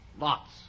Lots